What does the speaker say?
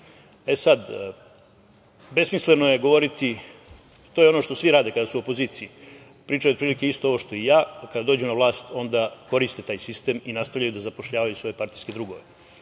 znaju. Besmisleno je govoriti, to je ono što svi rade kada su u opoziciji, pričaju otprilike isto ovo što i ja, a kada dođu na vlast onda koriste taj sistem i nastavljaju da zapošljavaju svoje partijske drugove. Ono